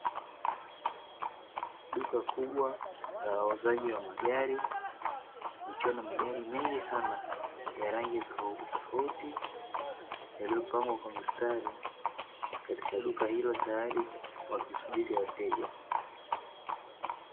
Duka kubwa la wauzaji wa magari, likiwa na magari mengi sana ya rangi tofautitofauti yaliyopangwa kwa mstari katika duka hilo, tayari wakisubiri wateja.